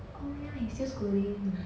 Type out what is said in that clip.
oh he still school